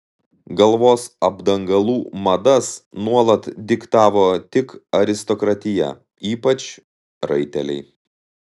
galvos apdangalų madas nuolat diktavo tik aristokratija ypač raiteliai